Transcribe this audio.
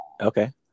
Okay